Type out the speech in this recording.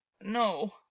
No